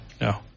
No